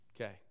okay